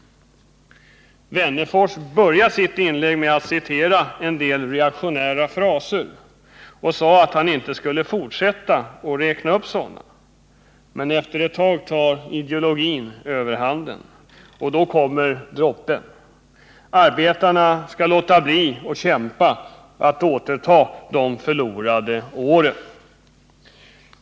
Alf Wennerfors började sitt anförande med att återge en del reaktionära fraser och sade att han inte skulle fortsätta med den uppräkningen. Men efter en stund tog ideologin överhanden: Arbetarna skall låta bli att kämpa för att återta de förlorade åren. Herr talman!